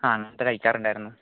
ആ നേരത്തെ കഴിക്കാറുണ്ടായിരുന്നു